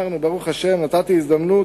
ברוך השם, נתתי הזדמנות